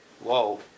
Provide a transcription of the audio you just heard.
Whoa